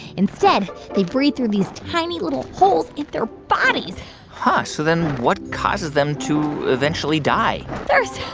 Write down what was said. instead, they breathe through these tiny, little holes in their bodies huh. so then what causes them to eventually die thirst.